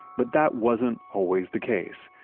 but that wasn't always the case.